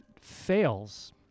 Fails